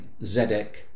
Zedek